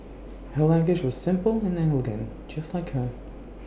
her language was simple and elegant just like her